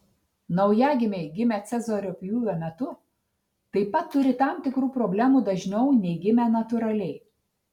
naujagimiai gimę cezario pjūvio metu taip pat turi tam tikrų problemų dažniau nei gimę natūraliai